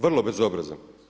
Vrlo bezobrazan.